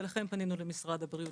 ולכן פנינו למשרד הבריאות,